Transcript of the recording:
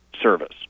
service